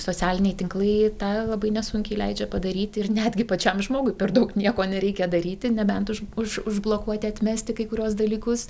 socialiniai tinklai tą labai nesunkiai leidžia padaryt ir netgi pačiam žmogui per daug nieko nereikia daryti nebent už už užblokuoti atmesti kai kuriuos dalykus